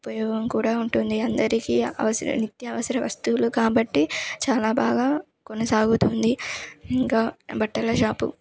ఉపయోగం కూడా ఉంటుంది అందరికీ అవస నిత్యావసర వస్తువులు కాబట్టి చాలా బాగా కొనసాగుతుంది ఇంకా బట్టల షాపు